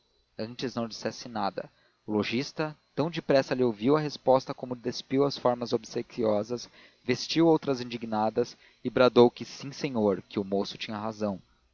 antes não dissesse nada o lojista tão depressa lhe ouviu a resposta como despiu as formas obsequiosas vestiu outras indignadas e bradou que sim senhor que o moço tinha razão